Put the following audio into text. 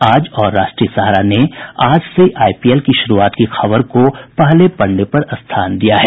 आज और राष्ट्रीय सहारा ने आज से आईपीएल की शुरूआत की खबर को पहले पन्ने स्थान दिया है